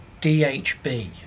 DHB